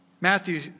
Matthew